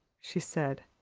she said,